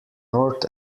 north